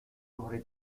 sobre